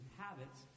habits